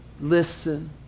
listen